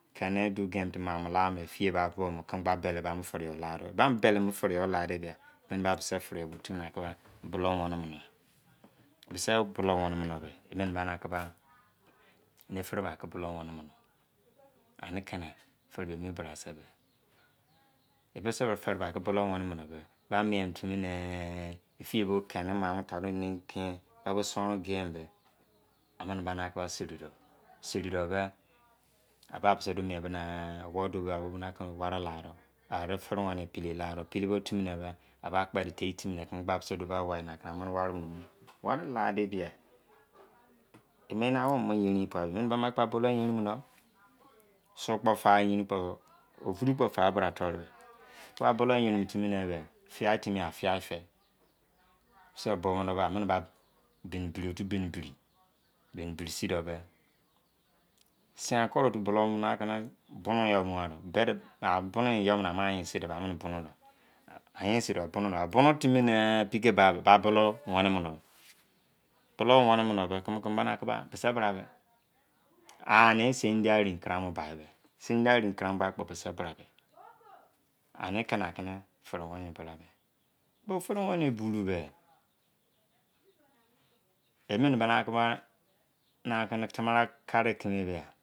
Kene ken timi maina ta de tceme tce fiye ba la-de ma dene teh yoi la de beh bulon wane mene, keme sai bulon wene mune eni fare ke ba bulo wane mue eni keme fere ra fere sa fere wane bi ke bulu wane mi fimi ne efiye bo kenei mama tare nole, eba bo sunoro gei de sura de beh geri terine egbe ekpede taide tei timo keme sei seiri ware-la-de, wane la-fe bia, tceme eni awon yanin pa bulu yenin, sun kpo fa yain bebe ovum kpo fa, ba bulu yain timi beh fia timi firi fei misi yoi bo-de ba bini doh biri, bini biri si sin tcuro o fu bumi yo la de dere, a-bur nu timo ne pai lai bai ye ba tce wene bulu di-se bra beh ani seri dia yeni pa.